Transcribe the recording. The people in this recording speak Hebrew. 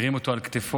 הרים אותו על כתפו,